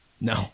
No